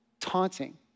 taunting